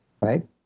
right